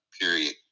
period